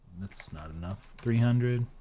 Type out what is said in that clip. that's not enough three hundred